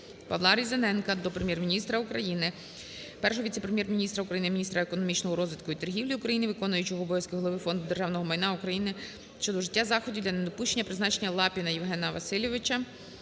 Павла Різаненка до Прем'єр-міністра України, Першого віце-прем'єр-міністра України - міністра економічного розвитку і торгівлі України, виконуючого обов'язки голови Фонду державного майна України щодо вжиття заходів для недопущення призначення Лапіна Євгена Васильовича